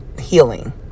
healing